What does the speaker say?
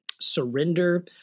surrender